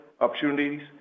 opportunities